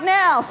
now